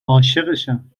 عاشقشم